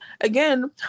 again